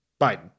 Biden